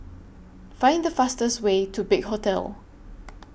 Find The fastest Way to Big Hotel